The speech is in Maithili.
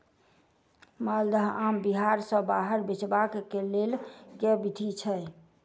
माल्दह आम बिहार सऽ बाहर बेचबाक केँ लेल केँ विधि छैय?